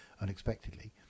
unexpectedly